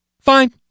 Fine